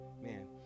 man